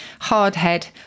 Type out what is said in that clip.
hardhead